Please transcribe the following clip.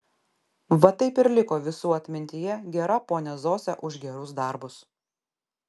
va taip ir liko visų atmintyje gera ponia zosė už gerus darbus